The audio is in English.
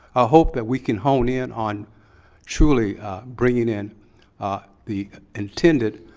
ah hope that we can hone in on truly bringing in the intended